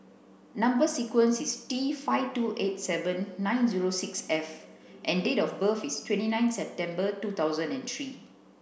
number sequence is T five two eight seven nine zero six F and date of birth is twenty nine September two thousand and three